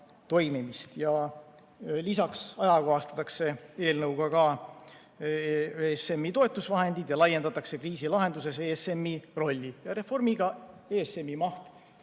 Lisaks ajakohastatakse eelnõuga ka ESM‑i toetusvahendid ja laiendatakse kriisilahenduses ESM‑i rolli. Reformiga ESM‑i maht